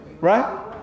right